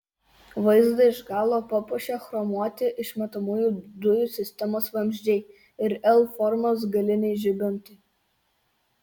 vaizdą iš galo papuošia chromuoti išmetamųjų dujų sistemos vamzdžiai ir l formos galiniai žibintai